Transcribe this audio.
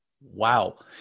wow